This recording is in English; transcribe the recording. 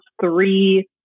three